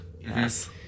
Yes